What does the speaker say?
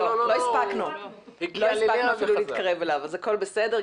לא, לא הספקנו להתקרב אליו, אז הכול בסדר.